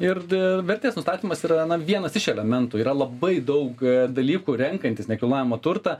ir d vertės nustatymas yra na vienas iš elementų yra labai daug dalykų renkantis nekilnojamą turtą